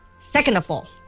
second of all,